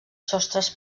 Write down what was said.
sostres